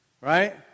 right